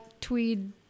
tweed